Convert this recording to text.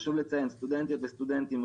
חשוב לציין שסטודנטיות וסטודנטים,